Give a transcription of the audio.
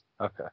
Okay